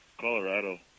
Colorado